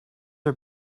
are